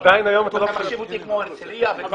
אתה מחשיב אותי כמו הרצליה וכמו